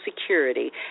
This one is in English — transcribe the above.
Security